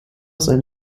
sein